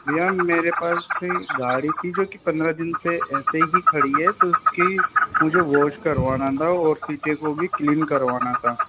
भैया मेरे पास गाड़ी थी जो कि पन्द्रह दिन से ऐसे ही खड़ी है तो उसकी मुझे वॉश करवाना था और सीटें को भी क्लीन करवाना था